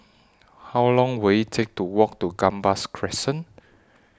How Long Will IT Take to Walk to Gambas Crescent